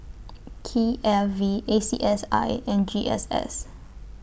K I V A C S I and G S S